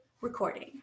recording